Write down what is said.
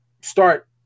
start